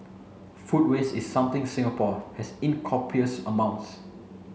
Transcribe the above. food waste is something Singapore has in copious amounts